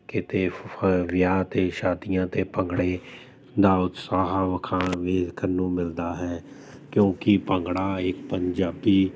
ਕਿਤੇ ਫ ਵਿਆਹ 'ਤੇ ਸ਼ਾਦੀਆਂ 'ਤੇ ਭੰਗੜੇ ਦਾ ਉਤਸ਼ਾਹ ਵਿਖਾ ਵੇਖਣ ਮਿਲਦਾ ਹੈ ਕਿਉਂਕਿ ਭੰਗੜਾ ਇੱਕ ਪੰਜਾਬੀ